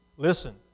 Listen